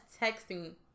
texting